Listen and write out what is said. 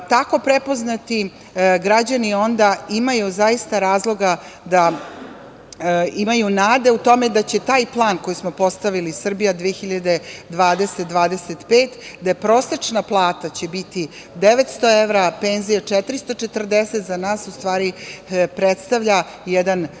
prepoznati, građani onda imaju zaista razloga da imaju nade u tome da će taj plan koji smo postavili „Srbija 2020-2025“, gde će prosečna plata biti 900 evra a penzija 440, za nas u stvari predstavlja jedan realan